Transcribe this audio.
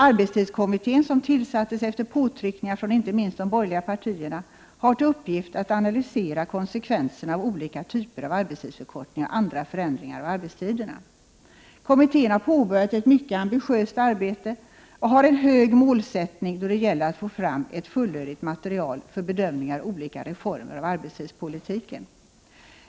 Arbetstidskommittén, som tillsattes efter påtryckningar inte minst från de borgerliga partierna, har till uppgift att analysera konsekvenserna av olika typer av arbetstidsförkortningar och andra förändringar av arbetstiderna. Kommittén har påbörjat ett mycket ambitiöst arbete och har en hög målsättning då det gäller att få fram ett fullödigt material för bedömningar av olika reformer av arbetstidspolitiken.